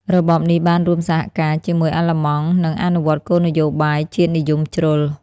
របបនេះបានរួមសហការជាមួយអាល្លឺម៉ង់ និងអនុវត្តគោលនយោបាយជាតិនិយមជ្រុល។